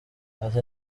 ati